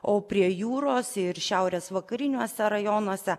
o prie jūros ir šiaurės vakariniuose rajonuose